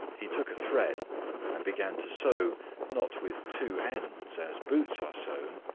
he took a thread and began to sew not with two ends, as boots are sewn,